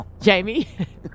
Jamie